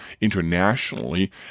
internationally